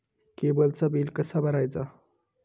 केबलचा बिल कसा भरायचा?